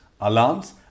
alarms